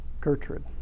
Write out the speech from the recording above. Gertrude